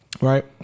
right